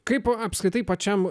kaip apskritai pačiam